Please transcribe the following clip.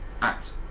act